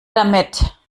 damit